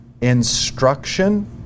instruction